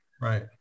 right